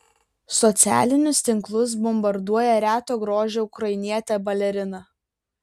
socialinius tinklus bombarduoja reto grožio ukrainietė balerina